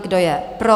Kdo je pro?